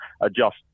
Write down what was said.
adjust